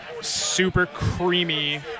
super-creamy